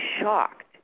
shocked